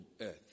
earth